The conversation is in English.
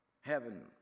Heaven